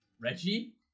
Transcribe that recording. Reggie